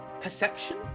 perception